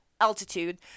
altitude